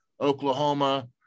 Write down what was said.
Oklahoma